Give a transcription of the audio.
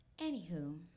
Anywho